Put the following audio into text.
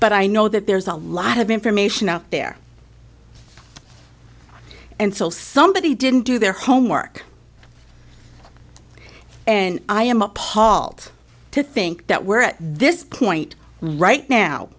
but i know that there's a lot of information out there and still somebody didn't do their homework and i am appalled to think that we're at this point right now